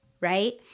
Right